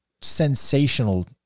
sensational